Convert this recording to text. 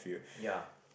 ya